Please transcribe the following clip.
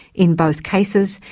in both cases,